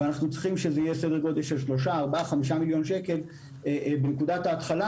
אנחנו צריכים שזה יהיה סדר גודל של 5-4-3 מיליון שקל בנקודת ההתחלה,